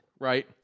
right